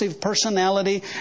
personality